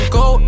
go